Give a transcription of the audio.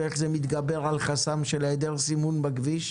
ואיך זה מתגבר על חסם של היעדר סימון בכביש.